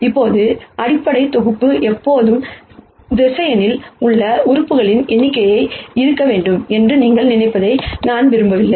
இப்போது அடிப்படை தொகுப்பு எப்போதும் வெக்டர்ஸ் உள்ள உறுப்புகளின் எண்ணிக்கையாக இருக்க வேண்டும் என்று நீங்கள் நினைப்பதை நான் விரும்பவில்லை